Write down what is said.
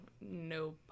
no